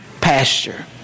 pasture